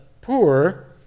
poor